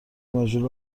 ماژول